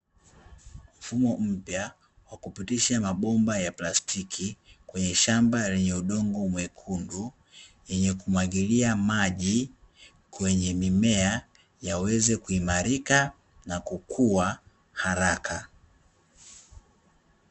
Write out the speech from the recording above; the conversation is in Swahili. Mfumo mpya wa kupitisha mabomba ya plastiki kwenye shamba lenye udongo mwekundu, yenye kumwagilia maji kwenye mimea yaweze kuimarika na kukua haraka.